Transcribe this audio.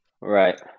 Right